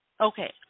Okay